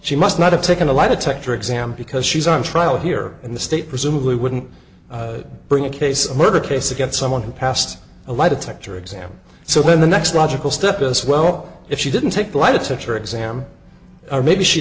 she must not have taken a lie detector exam because she's on trial here in the state presumably wouldn't bring a case of murder case against someone who passed a lie detector exam so then the next logical step as well if she didn't take lie detector exam or maybe she